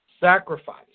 sacrifice